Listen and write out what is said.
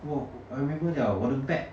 我 I remember 了我的 back